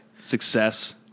Success